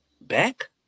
back